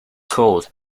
cold